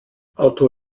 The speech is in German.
auto